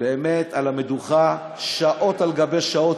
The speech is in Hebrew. על המדוכה שעות על גבי שעות,